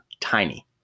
tiny